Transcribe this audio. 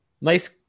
nice